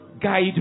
Guide